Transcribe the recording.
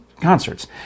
concerts